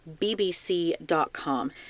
bbc.com